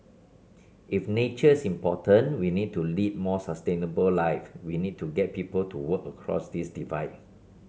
if nature's important we need to lead more sustainable life we need to get people to work across this divide